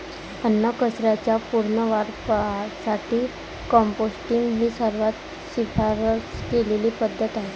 अन्नकचऱ्याच्या पुनर्वापरासाठी कंपोस्टिंग ही सर्वात शिफारस केलेली पद्धत आहे